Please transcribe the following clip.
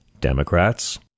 Democrats